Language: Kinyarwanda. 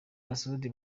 masoudi